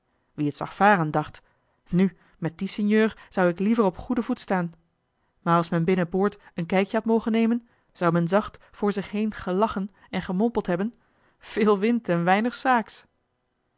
wie het zag varen dacht nu met dien sinjeur zou ik liever op goeden voet staan maar als men binnen boord een kijkje had mogen nemen zou men zacht voor zich heen gelachen en gemompeld hebben veel wind en weinig zaaks